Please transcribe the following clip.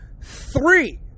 three